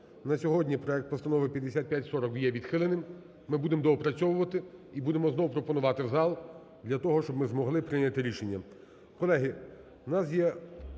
На сьогодні проект Постанови 5540 є відхиленим. Ми будемо доопрацьовувати і будемо знову пропонувати у зал для того, щоб ми могли прийняти рішення.